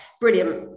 brilliant